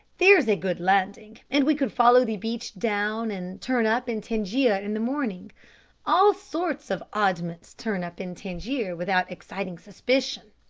there's a good landing, and we could follow the beach down, and turn up in tangier in the morning all sorts of oddments turn up in tangier without exciting suspicion.